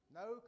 no